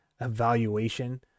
evaluation